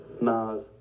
Mars